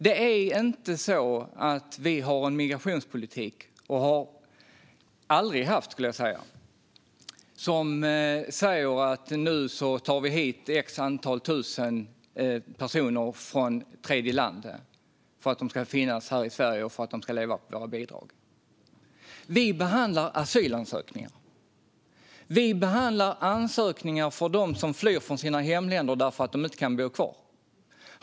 Sverige har aldrig haft en migrationspolitik som släppt in ett antal tusen personer från tredjeland för att de ska vara här och leva på bidrag. Vi behandlar asylansökningar från dem som flyr sina hemländer för att de inte kan bo kvar.